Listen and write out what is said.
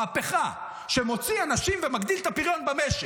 מהפכה שמוציאה אנשים ומגדילה את הפריון במשק,